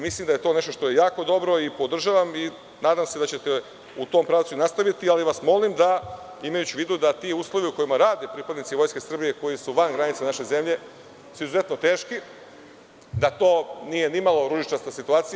Mislim da je to nešto što je jako dobro i što podržavam i nadam se da ćete u tom pravcu i nastaviti, ali vas molim da imajući u vidu da ti uslovi u kojima rad pripadnici Vojske Srbije, a koji su van granica naše zemlje, su izuzetno teški, da to nije ni malo ružičasta situacija.